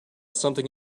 something